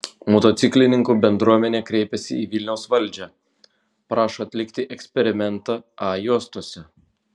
motociklininkų bendruomenė kreipėsi į vilniaus valdžią prašo atlikti eksperimentą a juostose